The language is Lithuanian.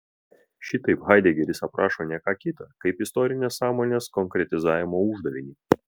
šitaip haidegeris aprašo ne ką kita kaip istorinės sąmonės konkretizavimo uždavinį